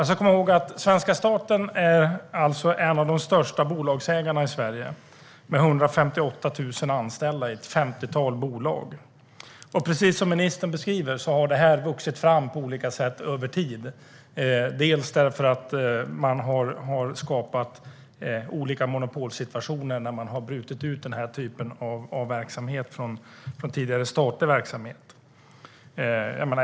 Svenska staten är alltså en av de största bolagsägarna i Sverige, med 158 000 anställda i ett femtiotal bolag. Precis som ministern beskriver har detta på olika sätt vuxit fram över tid, bland annat därför att man har skapat olika monopolsituationer när man har brutit ut den typen av verksamhet från tidigare statlig verksamhet.